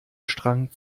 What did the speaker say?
strang